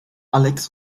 alex